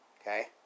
Okay